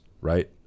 right